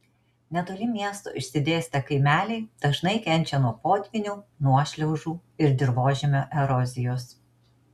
netoli miesto išsidėstę kaimeliai dažnai kenčia nuo potvynių nuošliaužų ir dirvožemio erozijos